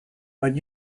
but